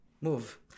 move